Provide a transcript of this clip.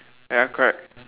ya correct